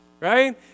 right